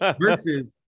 Versus